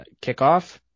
kickoff